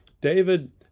David